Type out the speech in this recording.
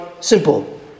simple